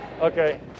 Okay